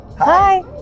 Hi